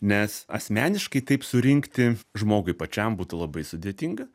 nes asmeniškai taip surinkti žmogui pačiam būtų labai sudėtinga